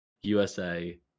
USA